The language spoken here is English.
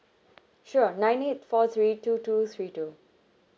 sure nine eight four three two two three two